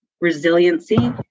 resiliency